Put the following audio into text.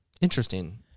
Interesting